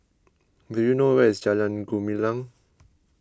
do you know where is Jalan Gumilang